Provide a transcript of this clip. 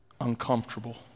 Uncomfortable